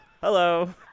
Hello